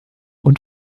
und